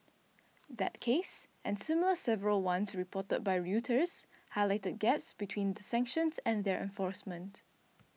that case and several similar ones reported by Reuters Highlighted Gaps between the sanctions and their enforcement